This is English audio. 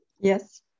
Yes